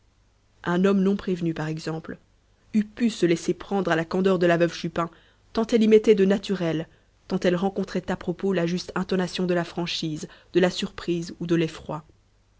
un homme non prévenu par exemple eût pu se laisser prendre à la candeur de la veuve chupin tant elle y mettait de naturel tant elle rencontrait à propos la juste intonation de la franchise de la surprise ou de l'effroi